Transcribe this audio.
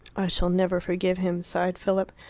i shall never forgive him, sighed philip.